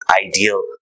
ideal